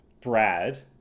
Brad